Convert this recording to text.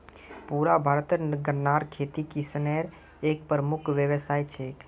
पुरा भारतत गन्नार खेती किसानेर एक प्रमुख व्यवसाय छे